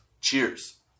Cheers